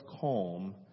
calm